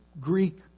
Greek